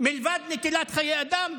מלבד נטילת חיי אדם?